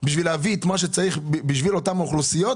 בשביל להביא את מה שצריך בשביל אותן אוכלוסיות,